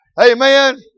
Amen